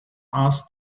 asked